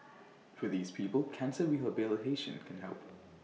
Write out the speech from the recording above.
for these people cancer rehabilitation can help